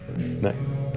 Nice